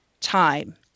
time